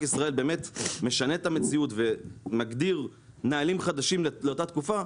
ישראל באמת משנה את המציאות ומגדיר נהלים חדשים לאותה תקופה.